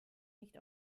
nicht